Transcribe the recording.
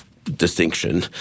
distinction